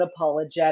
unapologetic